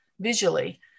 visually